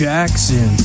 Jackson